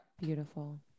Beautiful